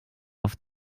oft